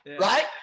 right